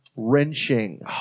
Wrenching